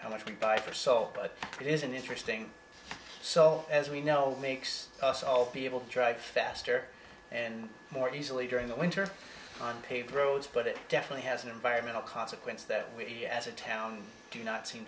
how much we buy for salt but it is an interesting so as we know makes us all be able to drive faster and more easily during the winter on paved roads but it definitely has an environmental consequence that we as a town do